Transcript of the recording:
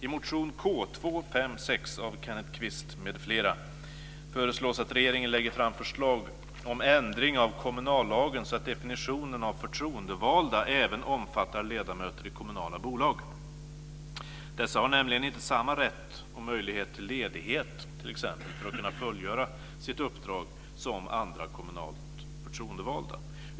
I motion K256 av Kenneth Kvist m.fl. föreslås att regeringen lägger fram förslag till ändring av kommunallagen så att definitionen av förtroendevalda även omfattar ledamöter i kommunala bolag. Dessa har nämligen inte samma rätt och möjlighet till ledighet för att kunna fullgöra sitt uppdrag som andra kommunalt förtroendevalda.